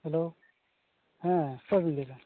hello ᱦᱮᱸ ᱚᱠᱚᱭ ᱵᱮᱱ ᱞᱟᱹᱭᱮᱫᱟ